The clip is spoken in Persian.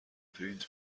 پرینت